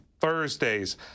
Thursdays